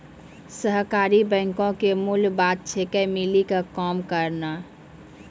सहकारी बैंको के मूल बात छिकै, मिली के काम करनाय